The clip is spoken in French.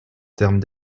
termes